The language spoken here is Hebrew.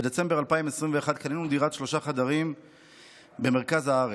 בדצמבר 2021 קנינו דירת שלושה חדרים במרכז הארץ.